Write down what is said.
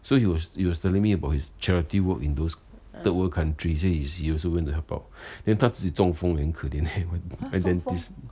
so he was he was telling me about his charity work in those third world countries and he he also went to help out then 他自己中风 then he 很可怜 eh heh my dentist